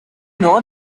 know